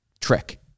trick